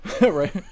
right